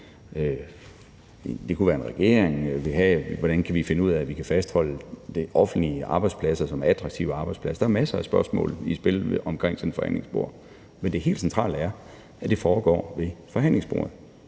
det kunne være en regering – vil have, at man skal finde ud af, hvordan man kan fastholde offentlige arbejdspladser som attraktive arbejdspladser. Der er masser af spørgsmål i spil omkring sådan et forhandlingsbord, men det helt centrale er, at det foregår ved forhandlingsbordet,